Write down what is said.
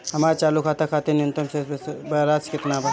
हमर चालू खाता खातिर न्यूनतम शेष राशि केतना बा?